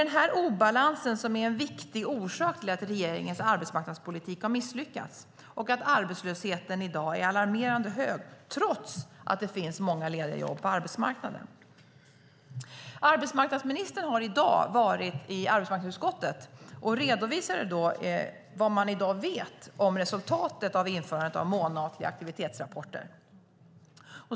Den obalansen är en viktig orsak till att regeringens arbetsmarknadspolitik har misslyckats och att arbetslösheten i dag är alarmerande hög, trots att det finns många lediga jobb på arbetsmarknaden. Arbetsmarknadsministern har i dag varit i arbetsmarknadsutskottet och redovisat vad man i dag vet om resultatet av införandet av månatliga aktivitetsrapporter.